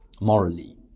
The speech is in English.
morally